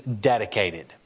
dedicated